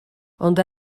ond